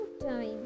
time